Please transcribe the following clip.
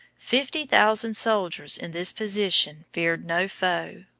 fifty thousand soldiers in this position feared no foe.